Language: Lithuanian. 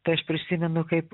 tai aš prisimenu kaip